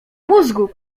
mózgu